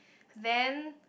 then